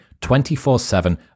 24-7